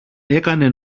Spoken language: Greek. έκανε